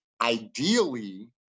Ideally